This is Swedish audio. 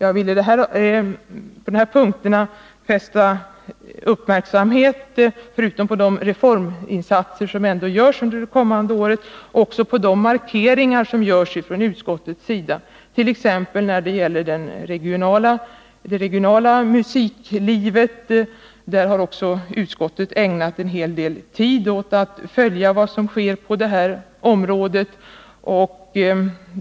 Jag vill fästa uppmärksamheten, förutom på de reforminsatser som ändå görs under det kommande året och som har betydelse i detta sammanhang, också på markeringar som utskottet gör. Det gäller bl.a. det regionala musiklivet.